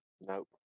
Nope